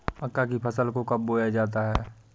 मक्का की फसल को कब बोया जाता है?